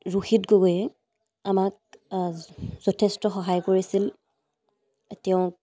ৰোহিত গগৈয়ে আমাক যথেষ্ট সহায় কৰিছিল তেওঁক